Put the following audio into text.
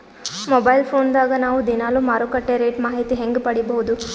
Mobile phone ದಾಗ ನಾವು ದಿನಾಲು ಮಾರುಕಟ್ಟೆ ರೇಟ್ ಮಾಹಿತಿ ಹೆಂಗ ಪಡಿಬಹುದು?